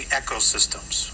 ecosystems